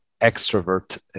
extrovert